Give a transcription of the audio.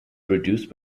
produced